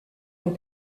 ont